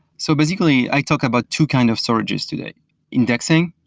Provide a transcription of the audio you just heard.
so basically, i talk about two kind of surges today indexing,